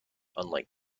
unlike